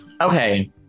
Okay